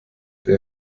der